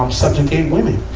um subjugate women.